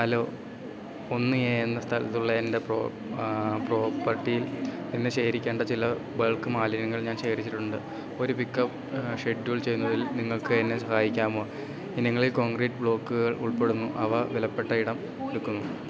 hello ഒന്ന് A എന്ന സ്ഥലത്തുള്ള എൻ്റെ പ്രോപ്പർട്ടിയിൽ നിന്ന് ശേഖരിക്കേണ്ട ചില ബൾക്ക് മാലിന്യങ്ങൾ ഞാൻ ശേഖരിച്ചിട്ടുണ്ട് ഒരു പിക്കപ്പ് ഷെഡ്യൂൾ ചെയ്യുന്നതിൽ നിങ്ങൾക്ക് എന്നെ സഹായിക്കാമോ ഇനങ്ങളിൽ കോൺക്രീറ്റ് ബ്ലോക്കുകൾ ഉൾപ്പെടുന്നു അവ വിലപ്പെട്ട ഇടം എടുക്കുന്നു